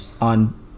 on